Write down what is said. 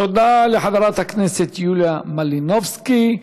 תודה לחברת הכנסת יוליה מלינובסקי.